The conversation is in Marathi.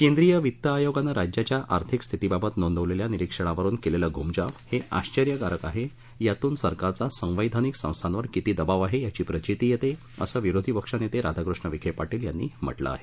केंद्रीय वित्त आयोगानं राज्याच्या आर्थिक स्थितीबाबत नोंदवलेल्या निरिक्षणावरुन केलेलं घुमजाव हे आश्वर्यकारक आहे यातून सरकारचा संवैधानिक संस्थांवर किती दबाव आहे याची प्रचिती येते असं विरोधी पक्ष नेते राधाकृष्ण विखे पाटील यांनी म्हटलं आहे